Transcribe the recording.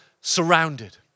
surrounded